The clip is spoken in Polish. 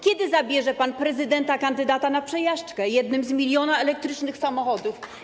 Kiedy zabierze pan prezydenta kandydata na przejażdżkę jednym z miliona elektrycznych samochodów?